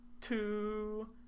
two